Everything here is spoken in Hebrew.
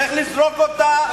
צריך לזרוק אותה,